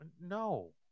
No